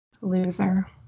Loser